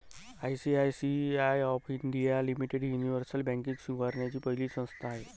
ICICI of India limited ही universal banking स्वीकारणारी पहिली संस्था आहे